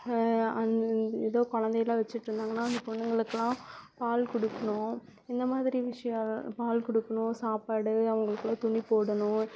அந் எதோ குழந்தையெல்லாம் வச்சிட்டுருந்தாங்கன்னால் அந்த பொண்ணுங்களுக்குலாம் பால் கொடுக்குணும் இந்த மாதிரி விஷியம் பால் கொடுக்குணும் சாப்பாடு அவங்களுக்குலாம் துணி போடணும்